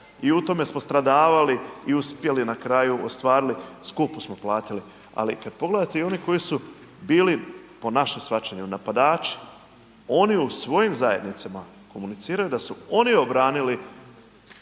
i u tome smo stradavali i uspjeli na kraju, ostvarili, skupo smo platili, ali kad pogledate i one koji su bili, po našem shvaćanju napadači, oni u svojim zajednicama komuniciraju da su oni obranili